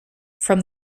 from